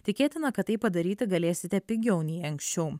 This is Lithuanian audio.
tikėtina kad tai padaryti galėsite pigiau nei anksčiau